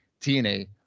tna